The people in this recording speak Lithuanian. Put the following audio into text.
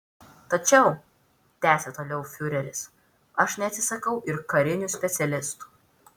tačiau tęsė toliau fiureris aš neatsisakau ir karinių specialistų